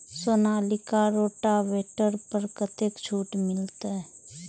Sonalika rotavator पर कतेक छूट मिलते?